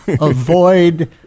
avoid